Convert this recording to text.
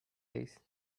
days